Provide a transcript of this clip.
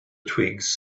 twigs